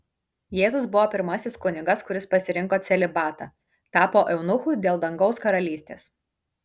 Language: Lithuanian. jėzus buvo pirmasis kunigas kuris pasirinko celibatą tapo eunuchu dėl dangaus karalystės